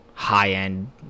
high-end